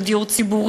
של דיור ציבורי,